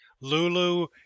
Lulu